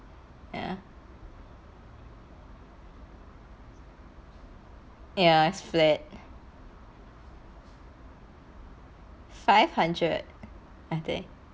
ya ya it's flat five hundred I think